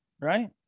right